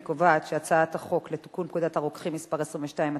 אני קובעת שהצעת החוק לתיקון פקודת הרוקחים (מס' 22),